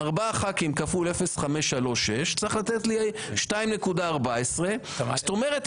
4 ח"כים כפול 0.536 צריך לתת לי 2.14. זאת אומרת,